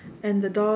and the door